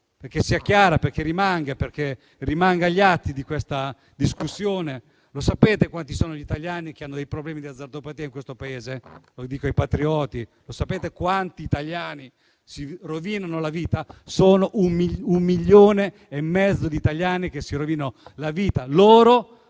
perché sia chiara e rimanga agli atti di questa discussione. Sapete quanti sono gli italiani che hanno dei problemi di azzardopatia in questo Paese? Lo chiedo ai patrioti. Lo sapete quanti italiani si rovinano la vita? Un milione e mezzo di italiani si rovina la vita: loro,